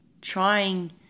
trying